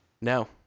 No